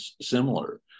similar